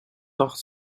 dacht